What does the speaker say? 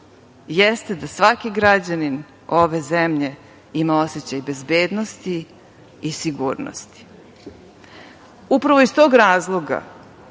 jeste da svaki građanin ove zemlje ima osećaj bezbednosti i sigurnosti. Upravo iz tog razloga